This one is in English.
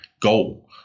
goal